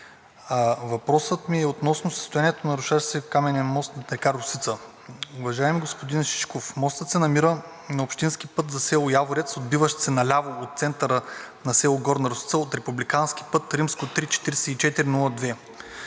Въпросът ми е относно състоянието на рушащ се каменен мост над река Росица. Уважаеми господин Шишков, мостът се намира на общински път за село Яворец, отбиващ се наляво от центъра на село Горна Росица, от републикански път III-4402.